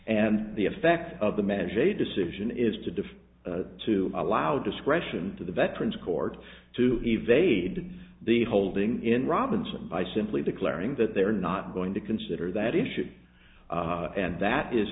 the effect of the magic decision is to defy to allow discretion to the veterans court to evade the holding in robinson by simply declaring that they're not going to consider that issue and that is